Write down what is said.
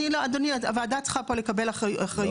אדוני, הוועדה צריכה פה לקבל אחריות.